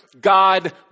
God